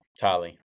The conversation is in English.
Tali